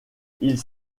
ils